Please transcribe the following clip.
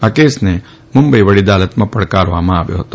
આ કેસને મુંબઇ વડી અદાલતમાં પડકારવામાં આવ્યો હતો